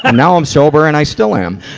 ah now i'm sober and i still am.